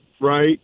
right